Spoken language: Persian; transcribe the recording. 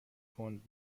کند